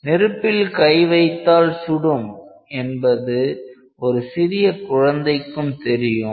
நெருப்பில் கை வைத்தால் சுடும் என்பது ஒரு சிறிய குழந்தைக்கும் தெரியும்